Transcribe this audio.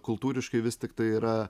kultūriškai vis tiktai yra